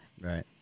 Right